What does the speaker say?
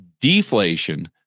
deflation